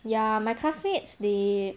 ya my classmates they